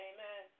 Amen